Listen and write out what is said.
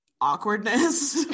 Awkwardness